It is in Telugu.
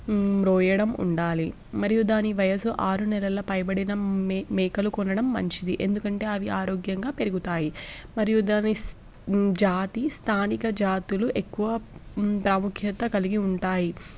రోయడం ఉండాలి మరియు దాని వయసు ఆరు నెలల పైబడిన మేకలు కొనడం మంచిది ఎందుకంటే అవి ఆరోగ్యంగా పెరుగుతాయి మరియు దాని జాతి స్థానిక జాతులు ఎక్కువ ప్రాముఖ్యత కలిగి ఉంటాయి